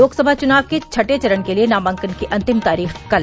लोकसभा च्नाव के छठें चरण के लिये नामांकन की अंतिम तारीख कल